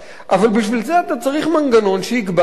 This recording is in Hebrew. אבל בשביל זה אתה צריך מנגנון שיקבע מי